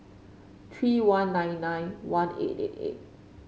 three one nine nine one eight eight eight